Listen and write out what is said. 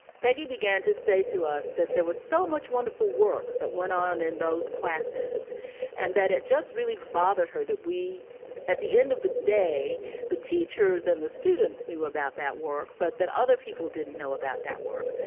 peggy began to say to us that there was so much wonderful work that went on in those classes and that it just really bothered her that we at the end of the day the teachers and the students knew about that work but that other people didn't know about that work.